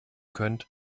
könnt